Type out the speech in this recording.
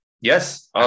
Yes